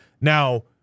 Now